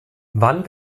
wann